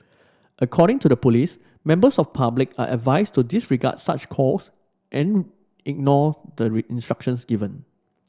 according to the police members of public are advised to disregard such calls and ignore the instructions given